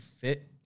fit